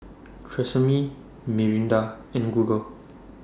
Tresemme Mirinda and Google